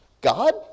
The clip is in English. God